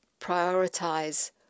prioritize